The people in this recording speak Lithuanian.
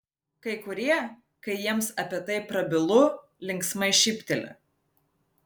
kai kurie kai jiems apie tai prabylu linksmai šypteli